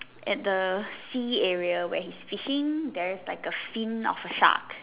at the sea area where he's fishing there is like a fin of a shark